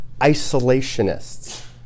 isolationists